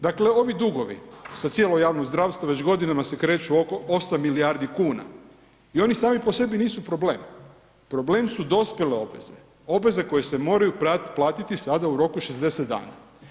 Dakle ovi dugovi za cijelo javno zdravstvo već godinama se kreću oko 8 milijardi kuna i oni sami po sebi nisu problem, problem su dospjele obveze, obveze koje se moraju platiti sada u roku od 60 dana.